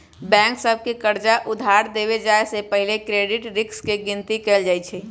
bank सभ के कर्जा उधार देबे जाय से पहिले क्रेडिट रिस्क के गिनति कएल जाइ छइ